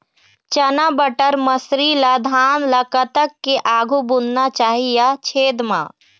चना बटर मसरी ला धान ला कतक के आघु बुनना चाही या छेद मां?